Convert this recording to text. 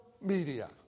media